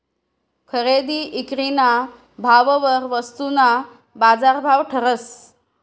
खरेदी ईक्रीना भाववर वस्तूना बाजारभाव ठरस